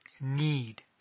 need